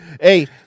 Hey